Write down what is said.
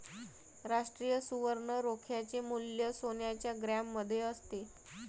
राष्ट्रीय सुवर्ण रोख्याचे मूल्य सोन्याच्या ग्रॅममध्ये असते